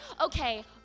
okay